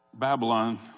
Babylon